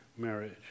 marriage